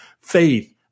faith